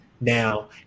now